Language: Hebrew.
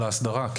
ההסדרה?